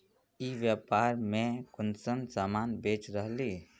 ई व्यापार में कुंसम सामान बेच रहली?